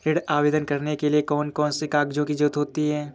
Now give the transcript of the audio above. ऋण आवेदन करने के लिए कौन कौन से कागजों की जरूरत होती है?